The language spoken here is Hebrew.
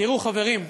תראו, חברים,